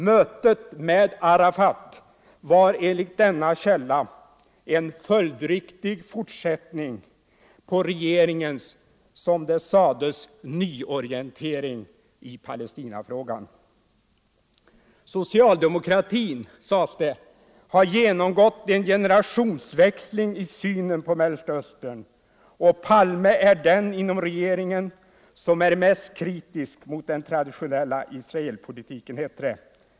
Mötet med Arafat var enligt denna källa en följdriktig fortsättning på regeringens, som det sades, nyorientering i Palestinafrågan. Socialdemokratin, sades det, har genomgått en generationsväxling i synen på Mellersta Östern, och Palme är den inom regeringen som är mest kritisk mot den traditionella Israelpolitiken.